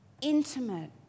intimate